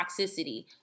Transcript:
toxicity